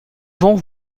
vont